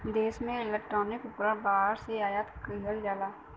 देश में इलेक्ट्रॉनिक उपकरण बाहर से आयात किहल जाला